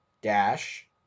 dash